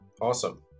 awesome